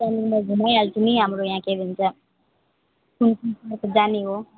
त्यहीँ नि म घुमाइहाल्छु नि हाम्रो यहाँ के भन्छ म त जाने नै हो